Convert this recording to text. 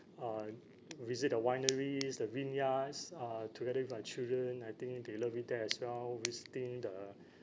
uh visit the wineries the vineyards uh together with my children I think they love it there as well visiting the